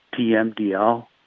TMDL